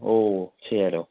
ഓ ചെയ്യാലോ